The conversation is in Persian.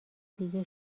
دیگه